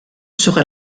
sera